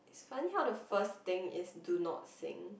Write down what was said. it's funny how the first thing is do not sing